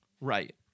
Right